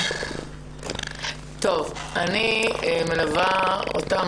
אני מלווה אותן.